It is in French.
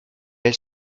elle